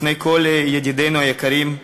בפני כל ידידינו היקרים,